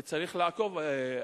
וצריך לעקוב אחריו.